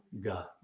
God